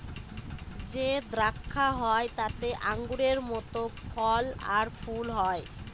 যে দ্রাক্ষা হয় তাতে আঙুরের মত ফল আর ফুল হয়